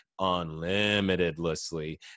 unlimitedlessly